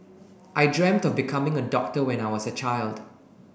I dreamt of becoming a doctor when I was a child